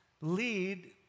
lead